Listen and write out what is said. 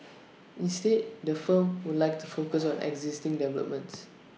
instead the firm would like to focus on existing developments